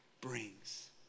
brings